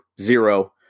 zero